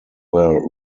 were